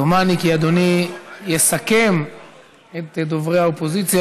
דומני כי אדוני יסכם את דוברי האופוזיציה,